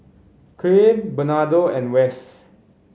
Clint Bernardo and Wess